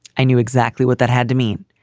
i knew exactly what that had to mean.